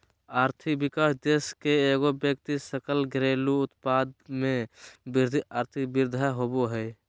आर्थिक विकास देश के एगो व्यक्ति सकल घरेलू उत्पाद में वृद्धि आर्थिक वृद्धि होबो हइ